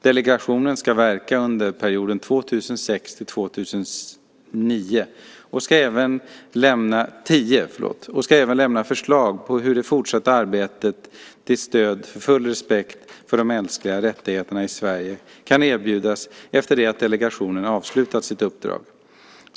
Delegationen, som ska verka under perioden 2006-2010, ska även lämna förslag på hur det fortsatta stödet till arbetet för full respekt för de mänskliga rättigheterna i Sverige kan erbjudas efter det att delegationen avslutat sitt uppdrag.